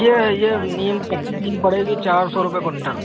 यह यह नीम कच्ची नीम पड़ेगी चार सौ रुपये कुन्टल